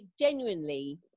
genuinely